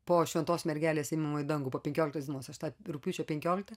po šventos mergelės ėmimo į dangų po penkioliktos dienos aš tą rugpjūčio penkioliktą